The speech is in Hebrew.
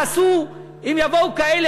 ומה תעשו אם יבוא מישהו